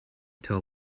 till